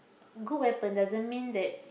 good weapon doesn't mean that